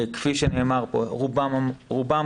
כפי שנאמר כאן, רובם